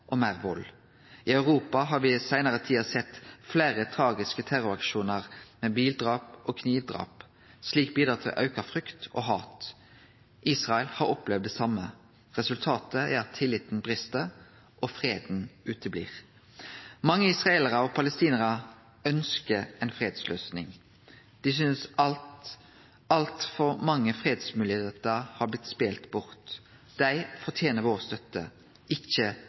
og meir vald. I Europa har me den seinare tida sett fleire tragiske terroraksjonar i form av bildrap og knivdrap. Slikt bidreg til å auke frykt og hat. Israel har opplevd det same. Resultatet er at tilliten brest, og at det ikkje blir fred. Mange israelarar og palestinarar ønskjer ei fredsløysing. Dei synest at altfor mange fredsmoglegheiter har blitt spelt bort. Dei fortener vår støtte, ikkje